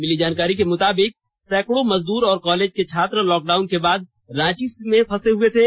मिली जानकारी के मुताबिक सैकड़ों मजदूर और कॉलेज के छात्र लॉकडाउन के बाद से रांची में फंसे हुए थे